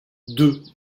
deux